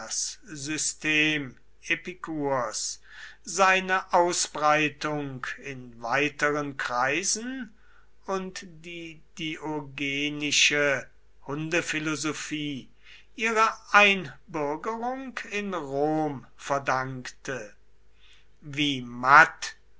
seine ausbreitung in weiteren kreisen und die diogenische hundephilosophie ihre einbürgerung in rom verdankte wie matt